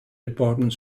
department